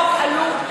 חוק עלוב.